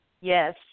Yes